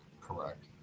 Correct